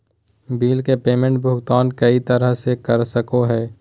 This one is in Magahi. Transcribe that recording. बिल के पेमेंट भुगतान कई तरह से कर सको हइ